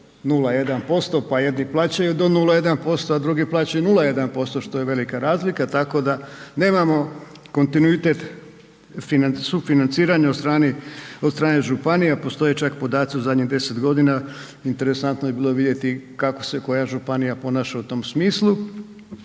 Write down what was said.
0,1% pa jedni plaćaju do 0,1%, a drugi plaćaju 0,1% što je velika razlika tako da nemamo kontinuitet sufinanciranja od strane županija. Postoje čak podaci u zadnjih 10 godina interesantno je bilo vidjeti kako se koja županija ponaša u tom smislu.